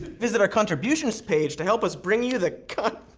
visit our contributions page to help us bring you the con.